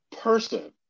person